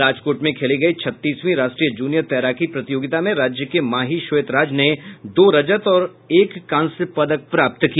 राजकोट में खेली गयी छत्तीसवीं राष्ट्रीय जूनियर तैराकी प्रतियोगिता में राज्य के माही श्वेत राज ने दो रजत और एक कांस्य पदक प्राप्त किया